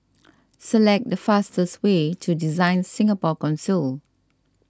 select the fastest way to Design Singapore Council